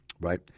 right